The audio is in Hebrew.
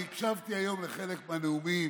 אני הקשבתי היום לחלק מהנאומים,